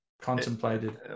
contemplated